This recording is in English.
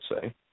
say